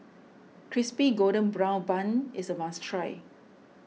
Crispy Golden Brown Bun is a must try